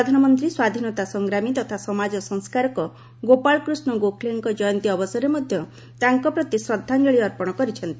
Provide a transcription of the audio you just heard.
ପ୍ରଧାନମନ୍ତ୍ରୀ ସ୍ୱାଧୀନତା ସଂଗ୍ରାମୀ ତଥା ସମାଜ ସଂସ୍କାରକ ଗୋପାଳ କୃଷ୍ଣ ଗୋଖଲେଙ୍କ ଜୟନ୍ତୀ ଅବସରରେ ମଧ୍ୟ ତାଙ୍କ ପ୍ରତି ଶ୍ରଦ୍ଧାଞ୍ଜଳି ଅର୍ପଣ କରିଛନ୍ତି